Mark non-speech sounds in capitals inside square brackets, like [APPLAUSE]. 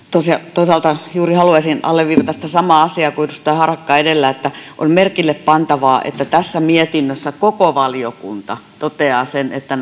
toisaalta juuri haluaisin alleviivata sitä samaa asiaa kuin edustaja harakka edellä että on merkillepantavaa että tässä mietinnössä koko valiokunta toteaa että [UNINTELLIGIBLE]